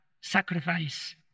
sacrifice